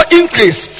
increase